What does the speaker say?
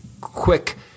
quick